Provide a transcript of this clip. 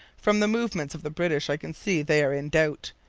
from the movements of the british i can see they are in doubt.